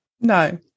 No